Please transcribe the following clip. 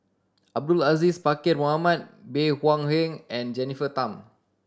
Abdul Aziz Pakkeer Mohamed Bey Hua Heng and Jennifer Tham